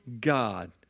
God